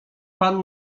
pan